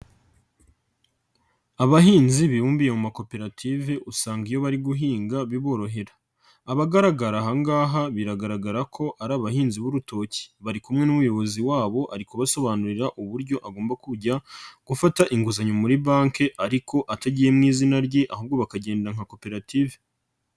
Abahinzi bibumbiye mu makoperative usanga iyo bari guhinga biborohera, abagaragara aha ngaha biragaragara ko ari abahinzi b'urutoki bari kumwe n'umuyobozi wabo ari kubasobanurira uburyo bagomba kujya gufata inguzanyo muri banki ariko atagiye mu izina rye ahubwo bakagenda nka koperative.